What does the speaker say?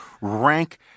rank